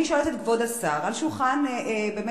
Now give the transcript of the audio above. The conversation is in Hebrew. אני שואלת את כבוד השר: על שולחן ועדת